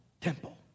temple